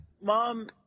Mom